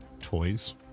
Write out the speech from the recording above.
toys